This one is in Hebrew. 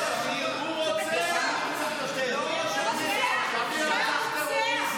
הוא רוצח מורשע עם דם על הידיים.